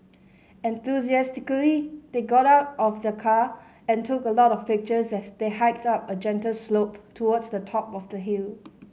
enthusiastically they got out of the car and took a lot of pictures as they hiked up a gentle slope towards the top of the hill